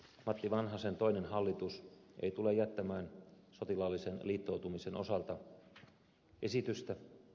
matti vanhasen toinen hallitus ei tule jättämään sotilaallisen liittoutumisen osalta esitystä